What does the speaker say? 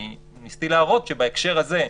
ניסיתי להראות שבהקשר הזה,